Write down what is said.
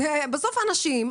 בסוף אנשים,